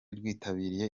rwitabiriye